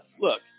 Look